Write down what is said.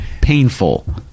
Painful